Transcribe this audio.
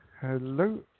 Hello